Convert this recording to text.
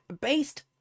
based